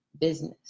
business